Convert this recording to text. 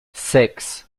six